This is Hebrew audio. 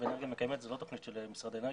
ואנרגיה מקיימת זו לא תוכנית של משרד האנרגיה,